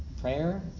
prayer